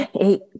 eight